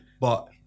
But-